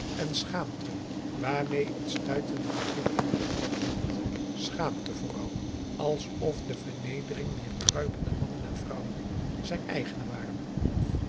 en schaamte waarmee het stuitende gezicht hem getroffen had schaamte vooral alsof de vernedering dier kruipende mannen en vrouwen zijn eigene ware